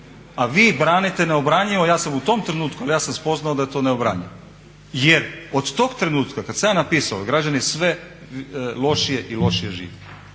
a vi branite neobranjivo. Ja sam u tom trenutku, ali ja sam spoznao da je to neobranjivo jer od tog trenutka kad sam ja napisao građani sve lošije i lošije žive,